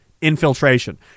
infiltration